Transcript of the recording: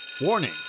Warning